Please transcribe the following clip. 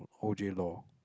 O_J-Law